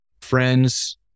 friends